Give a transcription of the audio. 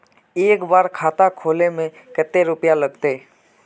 एक बार खाता खोले में कते रुपया लगते?